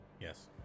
Yes